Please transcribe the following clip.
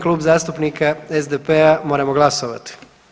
Klub zastupnika SDP-a moramo glasovati.